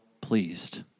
pleased